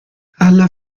alla